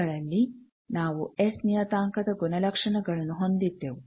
ಇವುಗಳಲ್ಲಿ ನಾವು ಎಸ್ ನಿಯತಾಂಕದ ಗುಣಲಕ್ಷಣಗಳನ್ನು ಹೊಂದಿದ್ದೆವು